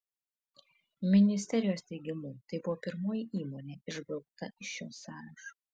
ministerijos teigimu tai buvo pirmoji įmonė išbraukta iš šio sąrašo